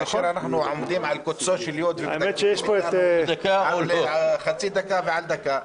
כשאנחנו עומדים על קוצו יו"ד ומדקדקים אתנו על חצי דקה או על דקה.